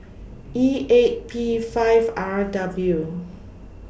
E eight P five R W